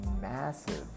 massive